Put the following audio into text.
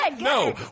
No